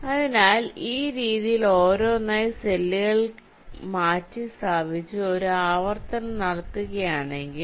അതിനാൽ ഈ രീതിയിൽ ഓരോന്നായി സെല്ലുകൾ മാറ്റി സ്ഥാപിച്ചു ഒരു ആവർത്തനം നടത്തുകയാണെങ്കിൽ